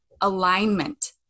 alignment